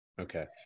Okay